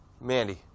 Mandy